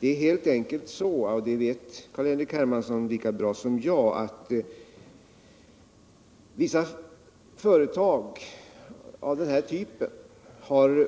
Det är helt enkelt så — och det vet Carl-Henrik Her 35 mansson lika väl som jag — att vissa företag av denna typ